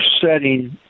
setting